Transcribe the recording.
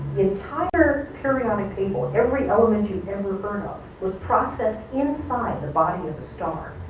entire periodic table, every element you've ever heard of was processed inside the body of a star,